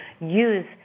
use